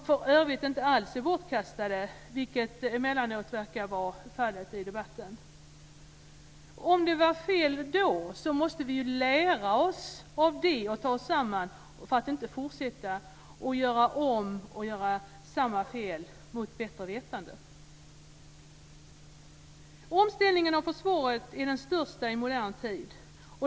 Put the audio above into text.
För övrigt är dessa alls inte bortkastade, vilket emellanåt verkar vara fallet i debatten. Om det var fel måste vi lära oss av det och ta oss samman för att inte fortsätta och göra om samma saker, göra samma fel, mot bättre vetande. Omställningen av försvaret är den största i modern tid.